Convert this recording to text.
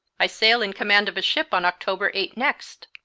i sail in command of a ship on october eight next.